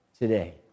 today